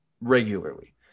regularly